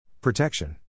Protection